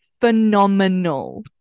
phenomenal